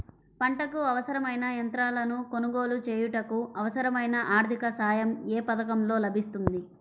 పంటకు అవసరమైన యంత్రాలను కొనగోలు చేయుటకు, అవసరమైన ఆర్థిక సాయం యే పథకంలో లభిస్తుంది?